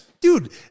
Dude